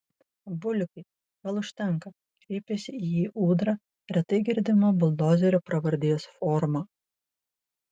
bulikai gal užtenka kreipėsi į jį ūdra retai girdima buldozerio pravardės forma